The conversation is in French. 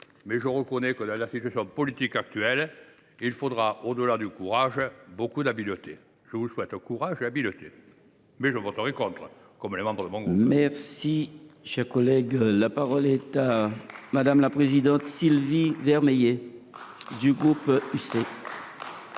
Mais je reconnais que dans la situation politique actuelle, il faudra, au delà du courage, beaucoup d’habileté. Je vous souhaite courage et habileté. Mais je ne voterai pas ce texte, tout comme les membres du groupe